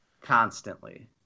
Constantly